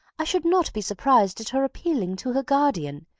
i should not be surprized at her appealing to her guardian,